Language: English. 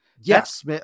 Yes